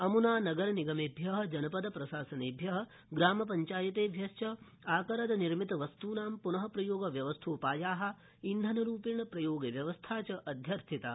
अम्ना नगर निगमेभ्य जन दप्रशासनेभ्य ग्राम ञ्चायतेभ्यश्च आकरदवस्तूनां न प्रयोगव्यवस्थो ाया इंधनरुप्रेण प्रयोगव्यवस्था च अध्यर्थिता